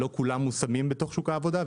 לא כולם מושמים בתוך שוק העבודה,